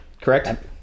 Correct